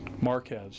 Marquez